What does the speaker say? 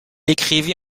écrivit